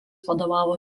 vadovavo